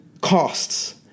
costs